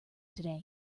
today